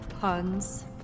puns